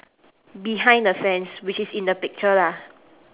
behind the fence which is in the picture lah